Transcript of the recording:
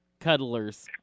cuddlers